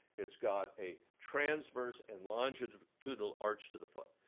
it's got a transverse and longitudinal arch to the foot.